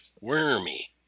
wormy